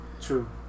true